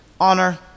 honor